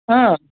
हां